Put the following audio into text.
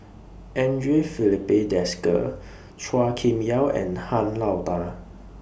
Andre Filipe Desker Chua Kim Yeow and Han Lao DA